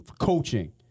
Coaching